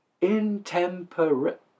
Intemperate